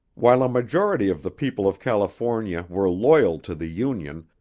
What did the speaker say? while a majority of the people of california were loyal to the union,